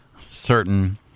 certain